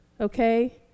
okay